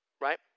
right